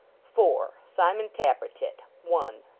four. simon tappertit. one.